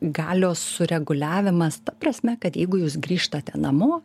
galios sureguliavimas ta prasme kad jeigu jūs grįžtate namo